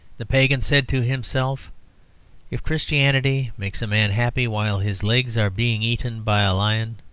the pagan said to himself if christianity makes a man happy while his legs are being eaten by a lion,